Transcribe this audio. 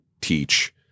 teach